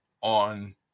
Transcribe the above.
on